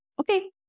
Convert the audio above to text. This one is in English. okay